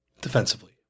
defensively